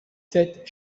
sept